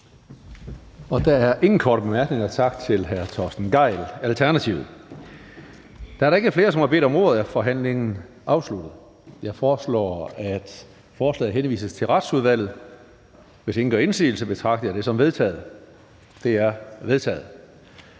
Der er ingen korte bemærkninger. Tak til hr. Torsten Gejl, Alternativet. Da der ikke er flere, som har bedt om ordet, er forhandlingen afsluttet. Jeg foreslår, at forslaget til folketingsbeslutning henvises til Retsudvalget. Hvis ingen gør indsigelse, betragter jeg det som vedtaget. Det er vedtaget.